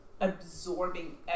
absorbing